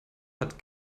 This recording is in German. hat